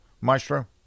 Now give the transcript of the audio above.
Maestro